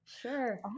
Sure